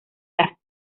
las